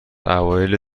اوایل